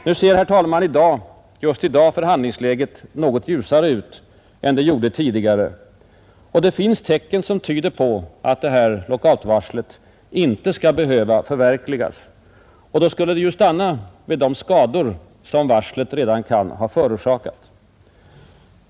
Nu ser förhandlingsläget något ljusare ut än tidigare, och det finns tecken som tyder på att lockoutvarslet inte skall behöva förverkligas. Det skulle då stanna med de skador som varslet redan kan ha förorsakat.